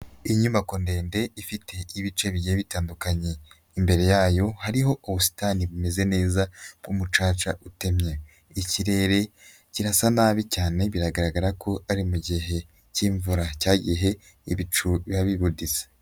Inyubako ndende ifite ibice bigiye bitandukanye, imbere yayo hariho ubusitani bumeze neza bw'umucaca utemye, ikirere kirasa nabi cyane biragaragara ko ari mu gihe k'imvura cyagihe ibicu biba bibuditse.